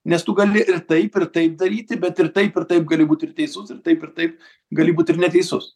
nes tu gali ir taip ir taip daryti bet ir taip ir taip gali būti ir teisus ir taip ir taip gali būt ir neteisus